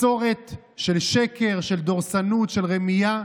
מסורת של שקר, של דורסנות, של רמייה,